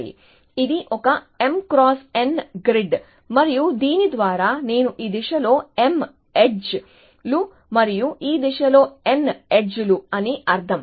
ఇది ఒక embedded m grid మరియు దీని ద్వారా ఈ దిశలో m ఎడ్జ్ లుమరియు ఈ దిశలో n ఎడ్జ్ లు అని అర్థం